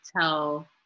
tell